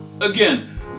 Again